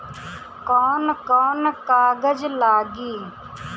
कौन कौन कागज लागी?